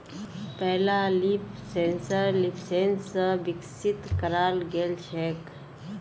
पहला leaf sensor LeafSense स विकसित कराल गेल छेक